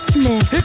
Smith